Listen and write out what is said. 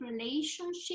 relationship